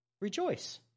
rejoice